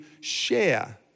share